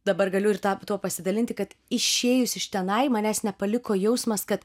dabar galiu ir tą tuo pasidalinti kad išėjus iš tenai manęs nepaliko jausmas kad